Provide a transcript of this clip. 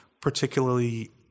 particularly